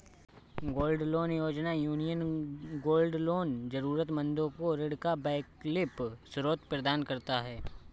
gold loan योजना, Union gold loan जरूरतमंदों को ऋण का वैकल्पिक स्रोत प्रदान करता है